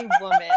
woman